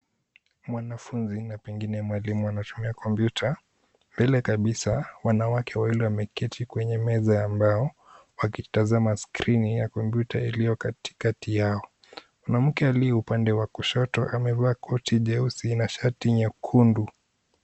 Mwanafunzi na pengine mwalimu anatumia kompyuta ,mbele kabisa wanawake wawili wameketi kwenye meza ya mbao wakitazama skrini ya kompyuta iliyo katikati yao mwanamke aliye upande wa kushoto amevaa koti nyeusi na shati nyekundu.